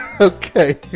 Okay